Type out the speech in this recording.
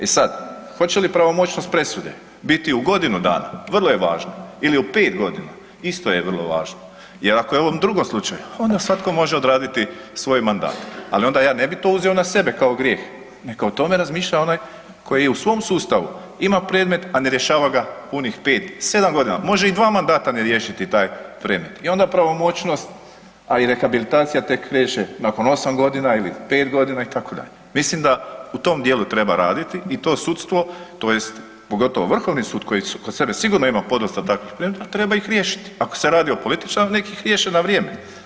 E sad, hoće li pravomoćnost presude biti u godinu dana, vrlo je važno ili u pet godina isto je vrlo važno, jer ako je u ovom drugom slučaju onda svatko može odraditi svoj mandat, ali onda ja ne bi to uzeo na sebe kao grijeh, neka o tome razmišlja onaj koji je u svom sustavu ima predmet, a ne rješava ga punih pet, sedam godina, može i dva mandata ne riješiti taj predmet i onda pravomoćnost, a i rehabilitacija tek kreće nakon osam godina ili pet godina itd., mislim da u tom dijelu treba raditi i to sudstvo tj. pogotovo Vrhovni sud koji kod sebe sigurno ima podosta takvih predmeta treba ih riješiti, ako se radi o političaru nek ih riješe na vrijeme.